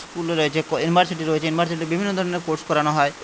school রয়েছে university রয়েছে ইউনিভার্সিটিতে বিভিন্ন ধরণের কোর্স করানো হয়